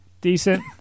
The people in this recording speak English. decent